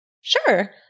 Sure